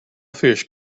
fish